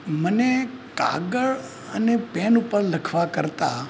મને કાગળ અને પૅન ઉપર લખવા કરતાં